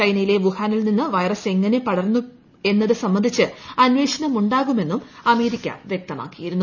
ചൈനയിലെ വുഹാനിൽ നിന്ന് വൈറസ് എങ്ങനെ പടർന്നു എന്നത് സംബന്ധിച്ച് അന്വേഷണം ഉണ്ടാകുമെന്നും അമേരിക്ക വ്യക്തമാക്കിയിരുന്നു